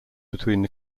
between